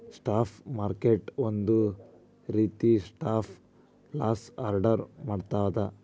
stop ಮಾರುಕಟ್ಟೆ ಒಂದ ರೇತಿ ಸ್ಟಾಪ್ ಲಾಸ್ ಆರ್ಡರ್ ಮಾಡ್ತದ